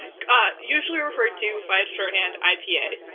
ah usually referred to by its shorthand, ipa,